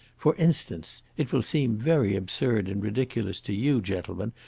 for instance it will seem very absurd and ridiculous to you, gentlemen,